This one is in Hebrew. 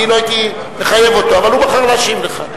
אני לא הייתי מחייב אותו, אבל הוא בחר להשיב לך.